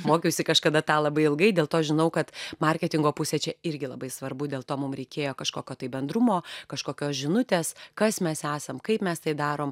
mokiausi kažkada tą labai ilgai dėl to žinau kad marketingo pusė čia irgi labai svarbu dėl to mum reikėjo kažkokio tai bendrumo kažkokios žinutės kas mes esam kaip mes tai darom